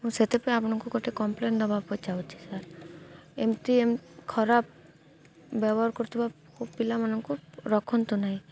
ମୁଁ ସେଥିପାଇଁ ଆପଣଙ୍କୁ ଗୋଟେ କମ୍ପ୍ଲେନ ଦେବାକୁ ଯାଉଛି ସାର୍ ଏମିତି ଏ ଖରାପ ବ୍ୟବହାର କରୁଥିବା ପିଲାମାନଙ୍କୁ ରଖନ୍ତୁ ନାହିଁ